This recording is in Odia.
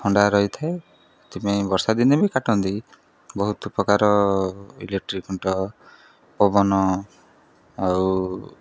ଥଣ୍ଡା ରହିଥାଏ ସେଥିପାଇଁ ବର୍ଷା ଦିନେ ବି କାଟନ୍ତି ବହୁତ ପ୍ରକାର ଇଲେକ୍ଟ୍ରି ଖୁଣ୍ଟ ପବନ ଆଉ